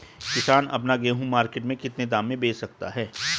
किसान अपना गेहूँ मार्केट में कितने दाम में बेच सकता है?